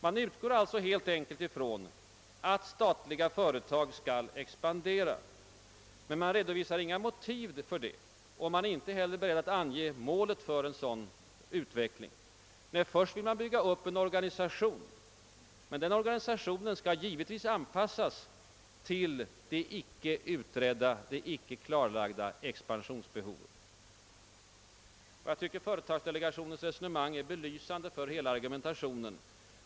Man utgår alltså helt enkelt från att statliga företag skall expandera, men man redovisar inga motiv härför och man är inte heller beredd att ange målet för en sådan utveckling. Nej, först vill man bygga upp en organisation, men den skall givetvis anpassas till det icke utredda och icke klarlagda expansionsbehovet. Jag tycker att företagsdelegationens resonemang är belysande för hela argumentationen.